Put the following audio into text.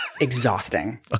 exhausting